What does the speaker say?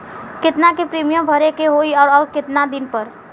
केतना के प्रीमियम भरे के होई और आऊर केतना दिन पर?